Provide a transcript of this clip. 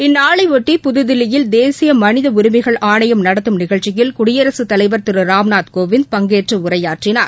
இந்நாளைபொட்டி புதுதில்லியில் தேசிய மனித உரிமைகள் ஆணையம் நடத்தம் நிகழ்ச்சியில் குடியரசுத் தலைவர் திரு ராம்நாத் கோவிந்த் பங்கேற்று உரையாற்றினார்